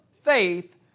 faith